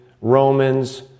Romans